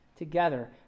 together